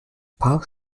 paar